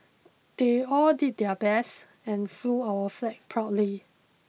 they all did their best and flew our flag proudly